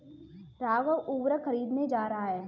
राघव उर्वरक खरीदने जा रहा है